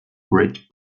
great